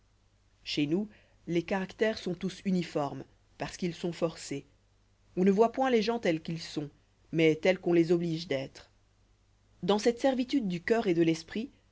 chez nous les caractères sont tous uniformes parce qu'ils sont forcés on ne voit point les gens tels qu'ils sont mais tels qu'on les oblige d'être dans cette servitude du cœur et de l'esprit